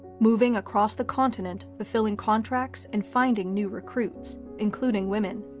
moving across the continent fulfilling contracts and finding new recruits, including women.